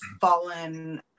fallen